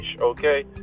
okay